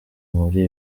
muri